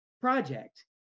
project